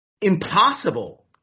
impossible